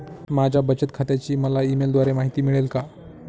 माझ्या बचत खात्याची मला ई मेलद्वारे माहिती मिळेल का?